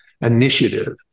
initiative